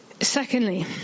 Secondly